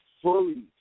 fully